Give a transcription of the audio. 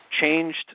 changed